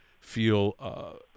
feel